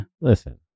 Listen